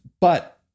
But-